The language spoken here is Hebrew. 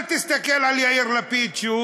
אל תסתכל על יאיר לפיד, שהוא